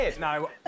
No